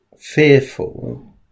fearful